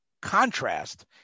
contrast